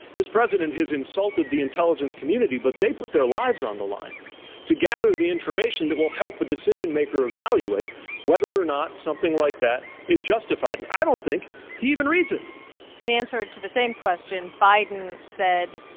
this president has insulted the intelligence community, but they put their lives on the line to gather the information that will help a decision-maker evaluate whether or not something like that is justified. justified. and i don't think he even reads it in answer to the same question, biden said,